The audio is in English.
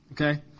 okay